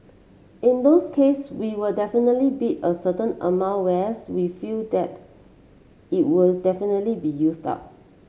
in those case we will definitely bid a certain amount where we feel that it will definitely be used up